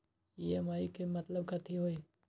EMI के मतलब कथी होई?